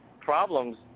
problems